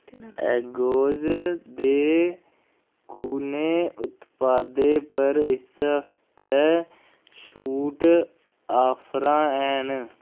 Eggoz दे कु'नें उत्पादें पर इस हफ्ते छूट ऑफरां हैन